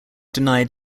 denied